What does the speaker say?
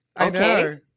Okay